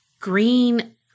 green